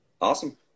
awesome